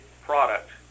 product